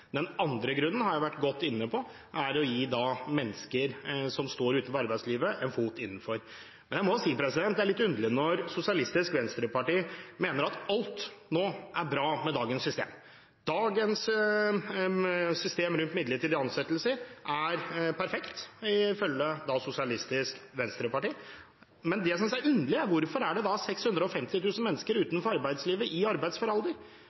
Den andre grunnen har jeg vært godt inne på: Det er å gi mennesker som står utenfor arbeidslivet, en fot innenfor. Men jeg må si at det er litt underlig når Sosialistisk Venstreparti mener at alt er bra nå med dagens system. Dagens system rundt midlertidige ansettelser er perfekt, ifølge Sosialistisk Venstreparti. Men det jeg synes er underlig, er: Hvorfor er det da 650 000 mennesker i arbeidsfør alder utenfor arbeidslivet? Hvorfor er vi helt i